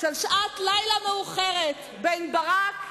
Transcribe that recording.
של שעת לילה מאוחרת, בין ברק,